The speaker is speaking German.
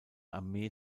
armee